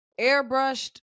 airbrushed